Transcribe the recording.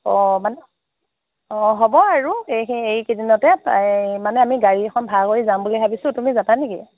অ মানে অ হ'ব আৰু এই কেইদিনতে এই মানে আমি গাড়ী এখন ভাড়া কৰি যাম বুলি ভাবিছোঁ তুমি যাবা নেকি